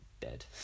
dead